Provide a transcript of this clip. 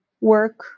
work